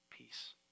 Peace